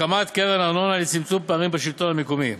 הקמת קרן ארנונה לצמצום פערים בשלטון המקומי,